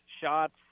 shots